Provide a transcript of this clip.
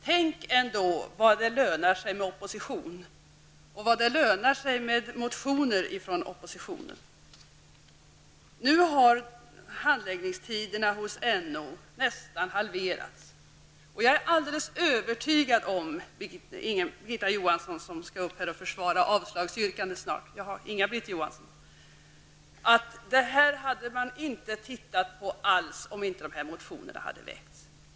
Tänk vad det ändå lönar sig med opposition och med motioner från oppositionen! Handläggningstiderna hos NO har ju nu nästan halverats. Jag är alldeles övertygad om -- jag riktar mig då till Inga-Britt Johansson, som snart kommer upp i debatten och som skall försvara det aktuella avslagsyrkandet -- att man alls inte skulle ha tittat på denna fråga om inte de aktuella motionerna hade väckts.